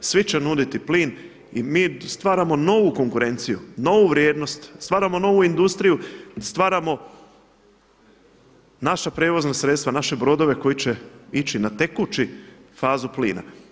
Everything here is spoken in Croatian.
Svi će nuditi plin i mi stvarano novu konkurenciju, novu vrijednost, stvaramo novu industriju, stvaramo naša prijevozna sredstva, sve naše brodove koji će ići na tekuću stranu plina.